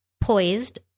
poised